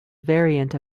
variant